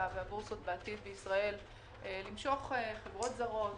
והבורסות בעתיד בישראל למשוך חברות זרות,